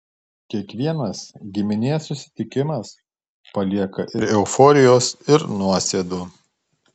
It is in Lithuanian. kiekvienas giminės susitikimas palieka ir euforijos ir nuosėdų